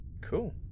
Cool